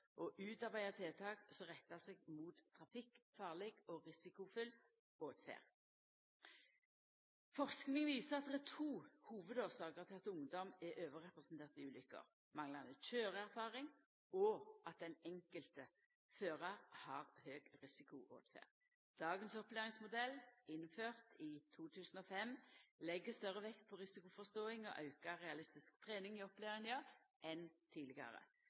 utarbeida tiltak som rettar seg mot trafikkfarleg og risikofull åtferd. Forsking viser at det er to hovudårsaker til at ungdom er overrepresenterte i ulukker: manglande køyreerfaring og at den enkelte førar har høg risikoåtferd. Dagens opplæringsmodell, innført i 2005, legg større vekt på risikoforståing og auka realistisk trening i opplæringa enn tidlegare.